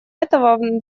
этого